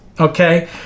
okay